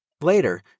Later